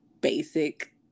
basic